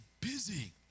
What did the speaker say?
busy